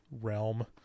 realm